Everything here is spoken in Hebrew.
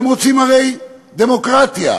הם הרי רוצים דמוקרטיה.